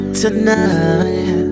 tonight